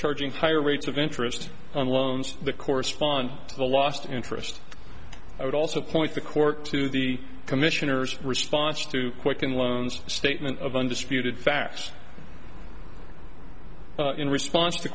charging higher rates of interest on loans the corresponding to the lost interest i would also point the court to the commissioner's response to quicken loans statement of undisputed facts in response to